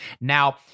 Now